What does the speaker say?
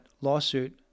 lawsuit